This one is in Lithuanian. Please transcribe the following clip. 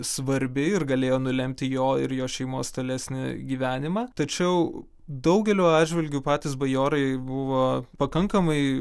svarbi ir galėjo nulemti jo ir jo šeimos tolesnį gyvenimą tačiau daugeliu atžvilgių patys bajorai buvo pakankamai